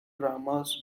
dramas